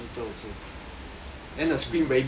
then the screen very big